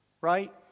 Right